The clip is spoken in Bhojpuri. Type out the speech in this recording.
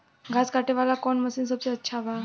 घास काटे वाला कौन मशीन सबसे अच्छा बा?